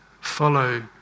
follow